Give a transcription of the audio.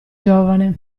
giovane